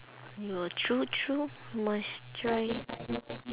no true true must try